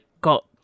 got